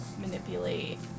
manipulate